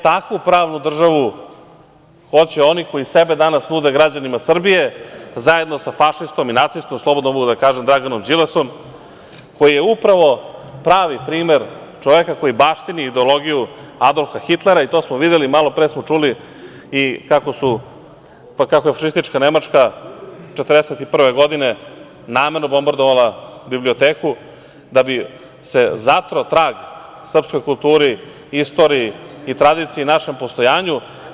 Takvu pravnu državu hoće oni koji sebe danas nude građanima Srbije zajedno sa fašistom i nacistom, slobodno mogu da kažem, Draganom Đilasom, koji je upravo pravi primer čoveka koji baštini ideologiju Adolfa Hitlera i to smo videli, malo pre smo čuli i kako je fašistička Nemačka 1941. godine namerno bombardovala biblioteku da bi se zatreo trag srpskoj kulturi, istoriji, tradiciji i našem postojanju.